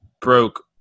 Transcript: broke